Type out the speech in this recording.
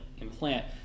implant